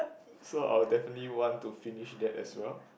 so I would definitely want to finish that as well